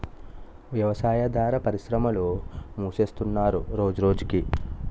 వ్యవసాయాదార పరిశ్రమలు మూసేస్తున్నరు రోజురోజకి